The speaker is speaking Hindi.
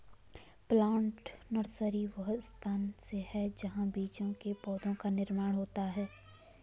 प्लांट नर्सरी वह स्थान है जहां बीजों से पौधों का निर्माण होता है